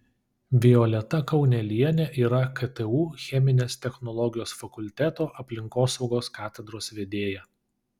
violeta kaunelienė yra ktu cheminės technologijos fakulteto aplinkosaugos katedros vedėja